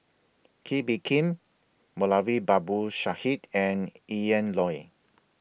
Kee Bee Khim Moulavi Babu Sahib and Ian Loy